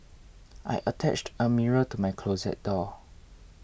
I attached a mirror to my closet door